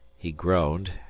he groaned,